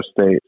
State